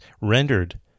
rendered